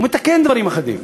הוא מתקן דברים אחדים.